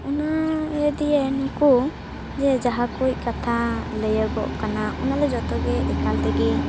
ᱚᱱᱟ ᱫᱤᱭᱮ ᱱᱩᱠᱩ ᱡᱮ ᱡᱟᱦᱟᱸᱠᱚ ᱠᱟᱛᱷᱟ ᱞᱟᱹᱭᱟᱹᱜᱚᱜ ᱠᱟᱱᱟ ᱚᱱᱟ ᱫᱚ ᱡᱚᱛᱚ ᱜᱮ ᱮᱠᱟᱞ ᱛᱮᱜᱮ